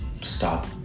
stop